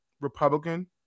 Republican